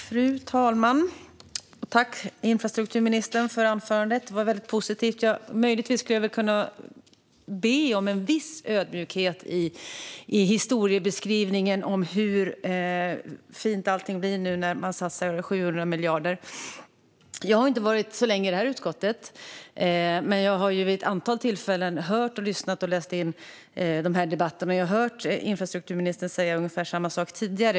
Fru talman! Tack för anförandet, infrastrukturministern! Det var väldigt positivt. Möjligtvis skulle jag kunna be om en viss ödmjukhet i beskrivningen av hur fint allting blir nu när man satsar 700 miljarder. Jag har inte varit så länge i det här utskottet, men jag har vid ett antal tillfällen lyssnat på och läst dessa debatter och har hört infrastrukturministern säga ungefär samma sak tidigare.